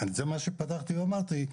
זה מה שפתחתי ואמרתי,